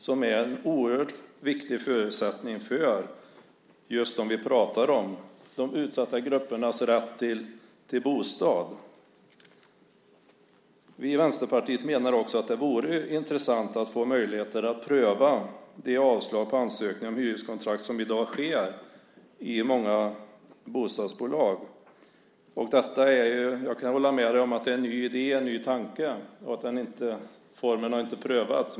Det är en oerhört viktig förutsättning för just dem vi pratar om, för de utsatta gruppernas rätt till bostad. Vi i Vänsterpartiet menar också att det vore intressant att få möjligheten att pröva det avslag på ansökan om hyreskontrakt som i dag sker i många bostadsbolag. Jag kan hålla med dig om att detta är en ny idé, en ny tanke, och att formen inte har prövats.